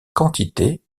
quantité